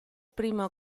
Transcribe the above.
primo